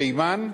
תימן ואנגליה.